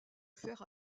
faire